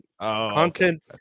Content